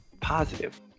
positive